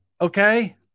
okay